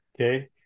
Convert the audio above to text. Okay